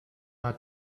hat